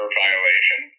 violation